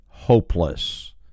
hopeless